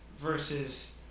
versus